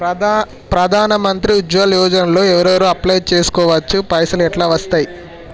ప్రధాన మంత్రి ఉజ్వల్ యోజన లో ఎవరెవరు అప్లయ్ చేస్కోవచ్చు? పైసల్ ఎట్లస్తయి?